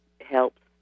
helps